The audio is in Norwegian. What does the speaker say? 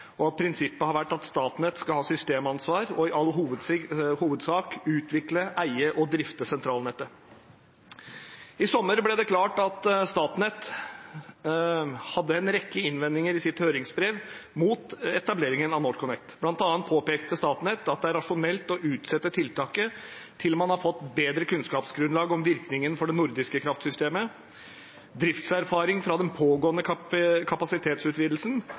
prinsippet har vært at Statnett skal ha systemansvar og i all hovedsak utvikle, eie og drifte sentralnettet. I sommer ble det klart at Statnett hadde en rekke innvendinger i sitt høringsbrev mot etableringen av NorthConnect. Blant annet påpekte Statnett at det er rasjonelt å utsette tiltaket til man har fått bedre kunnskapsgrunnlag om virkningen for det nordiske kraftsystemet, driftserfaring fra den pågående kapasitetsutvidelsen